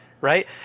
Right